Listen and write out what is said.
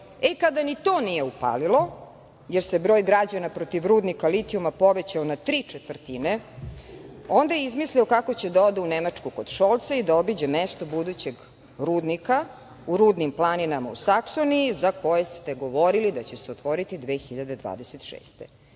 kada ni to nije upalilo, jer se broj građana protiv rudnika litijuma povećao na tri četvrtine, onda je izmislio kako će da ode u Nemačku kod Šolca i da obiđe mesto budućeg rudnika u rudnim planinama u Saksoniji, za koje ste govorili da će se otvoriti 2026.